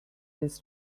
this